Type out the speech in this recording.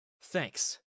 Thanks